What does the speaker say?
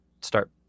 start